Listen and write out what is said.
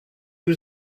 was